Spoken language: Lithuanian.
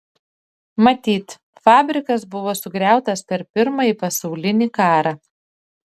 matyt fabrikas buvo sugriautas per pirmąjį pasaulinį karą